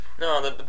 No